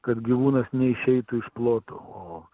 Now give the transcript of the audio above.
kad gyvūnas neišeitų iš ploto o